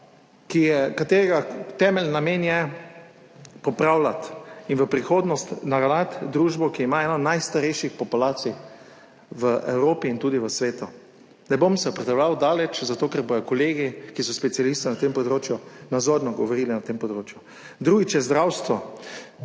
sklada, katerega temeljni namen je popravljati in v prihodnost naravnati družbo, ki ima eno najstarejših populacij v Evropi in tudi v svetu. Ne bom nadaljeval z opredeljevanjem, zato ker bodo kolegi, ki so specialisti na tem področju, nazorno govorili o tem področju. Drugič, zdravstvo,